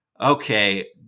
okay